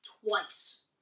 twice